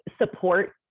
support